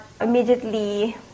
immediately